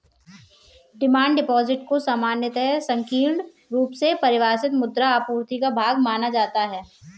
demand deposit को सामान्यतः संकीर्ण रुप से परिभाषित मुद्रा आपूर्ति का भाग माना जाता है